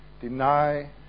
Deny